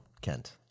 Kent